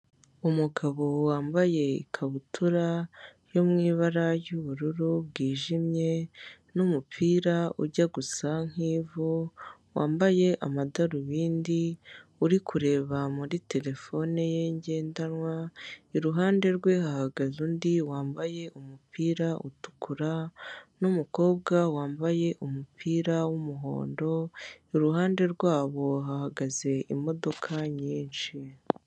Umugabo wambaye ikabutura yo mu ibara ry'ubururu bwijimye n'umupira ujya gusa nk'ivu, wambaye amadarubindi, uri kureba muri telefone ye ngendanwa, iruhande rwe hahagaze undi wambaye umupira utukura n'umukobwa wambaye umupira w'umuhondo, iruhande rwabo hahagaze imodoka nyinshi.